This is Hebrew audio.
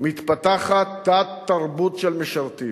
מתפתחת תת-תרבות של משרתים,